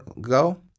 go